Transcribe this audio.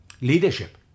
leadership